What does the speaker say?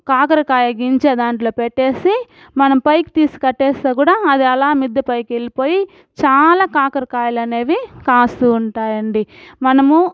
కాకరకాయ గింజ దాంట్లో పెట్టేసి మనం పైకి తీసి కట్టేస్తే కూడా అది అలా మిద్ది పైకి వెళ్ళిపోయి చాలా కాకరకాయలు అనేవి కాస్తు ఉంటాయండి మనము